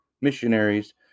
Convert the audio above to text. missionaries